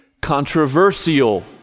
controversial